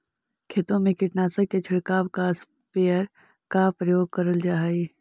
खेतों में कीटनाशक के छिड़काव ला स्प्रेयर का उपयोग करल जा हई